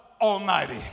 Almighty